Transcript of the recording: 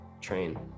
train